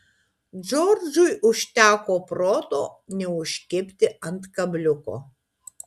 džordžui užteko proto neužkibti ant kabliuko